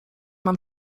mam